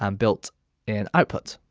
um built in output.